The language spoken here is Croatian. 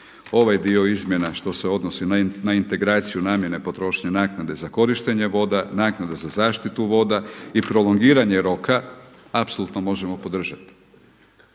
Ovaj dio izmjena što se odnosi na integraciju namjene potrošnje naknade za korištenje voda, naknade za zaštitu voda i prolongiranje roka apsolutno možemo podržati.